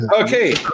Okay